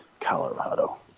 Colorado